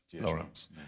Lawrence